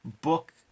book